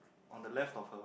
on the left of her